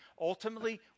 Ultimately